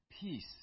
peace